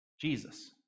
Jesus